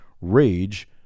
rage